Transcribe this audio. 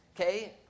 okay